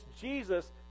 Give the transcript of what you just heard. Jesus